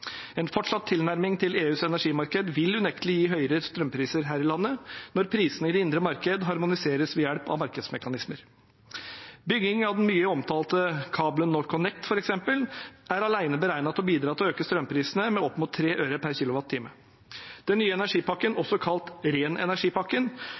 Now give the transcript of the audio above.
En fortsatt tilnærming til EUs energimarked vil unektelig gi høyere strømpriser her i landet når prisene i det indre marked harmoniseres ved hjelp av markedsmekanismer. Byggingen av den mye omtalte kabelen NorthConnect f.eks. er alene beregnet til å bidra til å øke strømprisene med opp mot 3 øre per kWh. Den nye energipakken,